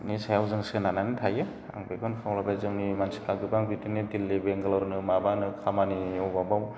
नि सायाव जों सोनारनानै थायो आं बेखौनो खावलायबाय जोंनि मानसिफ्रा गोबां बिब्दिनो दिल्लि बेंगालरनो माबानो खामानि अभाबआव